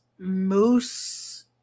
Moose